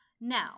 Now